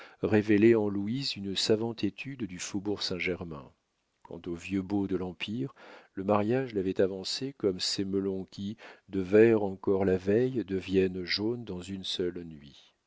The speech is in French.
révélaient en louise une savante étude du faubourg saint-germain quant au vieux beau de l'empire le mariage l'avait avancé comme ces melons qui de verts encore la veille deviennent jaunes dans une seule nuit